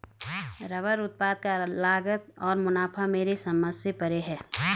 rubber उत्पाद का लागत और मुनाफा मेरे समझ से परे है